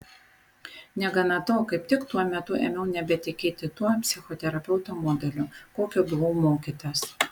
negana to kaip tik tuo metu ėmiau nebetikėti tuo psichoterapeuto modeliu kokio buvau mokytas